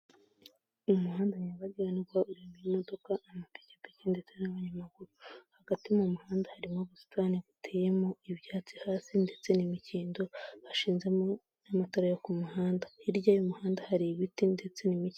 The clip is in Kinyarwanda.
Umuhanda nyabagendwa urimo imodoka, amapikipiki, ndetse n'abanyamaguru, hagati mu muhanda harimo ubusitani buteyemo ibyatsi hasi ndetse n'imikindo, bashinzemo n'amatara yo ku muhanda, hirya y'umuhanda hari ibiti ndetse n'imikido.